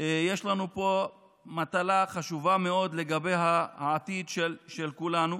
יש לנו פה מטלה חשובה מאוד לגבי העתיד של כולנו,